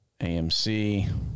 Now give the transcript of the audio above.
AMC